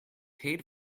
paid